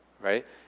Right